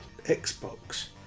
Xbox